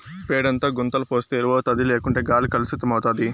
పేడంతా గుంతల పోస్తే ఎరువౌతాది లేకుంటే గాలి కలుసితమైతాది